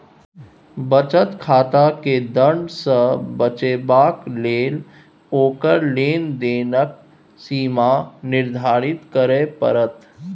बचत खाताकेँ दण्ड सँ बचेबाक लेल ओकर लेन देनक सीमा निर्धारित करय पड़त